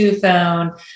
phone